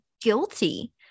guilty